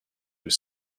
was